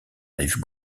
rive